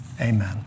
Amen